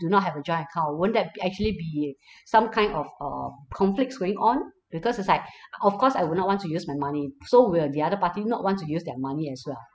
do not have a joint account won't that actually be some kind of uh conflicts going on because it's like of course I would not want to use my money so will the other party not want to use their money as well